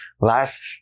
last